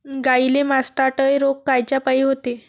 गाईले मासटायटय रोग कायच्यापाई होते?